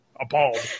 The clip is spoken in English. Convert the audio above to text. appalled